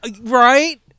Right